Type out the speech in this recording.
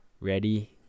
ready